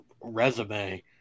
resume